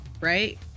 right